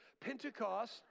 Pentecost